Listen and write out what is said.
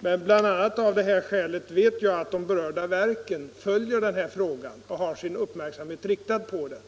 men bl.a. av det här skälet vet jag att de berörda verken med uppmärksamhet följer frågan.